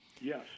Yes